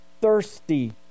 thirsty